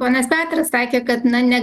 ponas petras sakė kad na ne